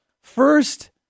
first